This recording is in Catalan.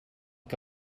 que